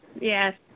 Yes